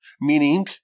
meaning